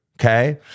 okay